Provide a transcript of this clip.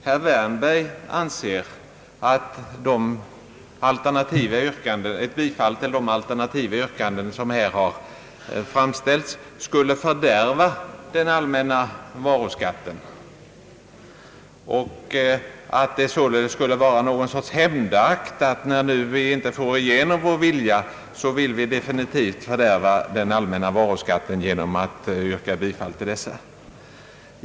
Herr Wärnberg anser att ett bifall till de alternativa yrkanden som här har framställts skulle fördärva den allmänna varuskatten, Det skulle alltså vara någon sorts hämndakt, när vi inte får igenom vår vilja, att vi definitivt vill fördärva den allmänna varuskatten genom att rösta för dessa yrkanden.